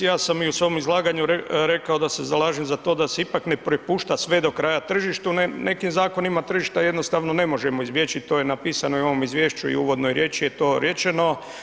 Ja sam i u svom izlaganju rekao da se zalažem za to da se ipak ne prepušta sve do kraja tržištu, nekim zakonima tržišta jednostavno ne možemo izbjeći, to je napisano i u ovom izvješću i u uvodnoj riječi je to rečeno.